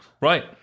Right